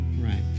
right